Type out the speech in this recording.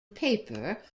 paper